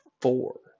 four